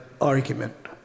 argument